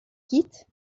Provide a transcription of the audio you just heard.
quitte